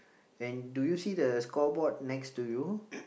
and do you see the scoreboard next to you